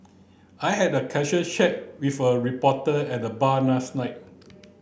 I had a casual chat with a reporter at the bar last night